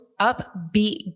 upbeat